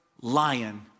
lion